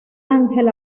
ángel